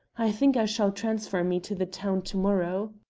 i think i shall transfer me to the town to-morrow.